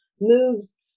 moves